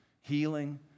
healing